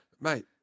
mate